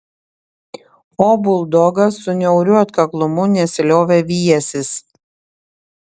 o buldogas su niauriu atkaklumu nesiliovė vijęsis